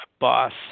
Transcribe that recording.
boss